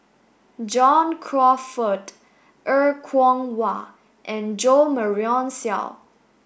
John Crawfurd Er Kwong Wah and Jo Marion Seow